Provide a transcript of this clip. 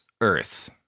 earth